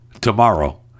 tomorrow